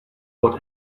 what